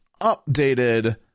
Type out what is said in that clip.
updated